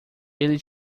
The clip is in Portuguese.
ele